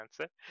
answer